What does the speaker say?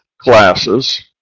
classes